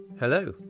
Hello